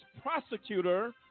prosecutor